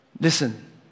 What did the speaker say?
listen